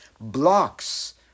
blocks